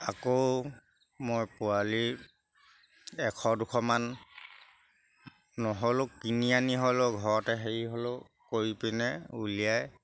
আকৌ মই পোৱালি এশ দুশমান নহ'লেও কিনি আনি হ'লেও ঘৰতে হেৰি হ'লেও কৰি পিনে উলিয়াই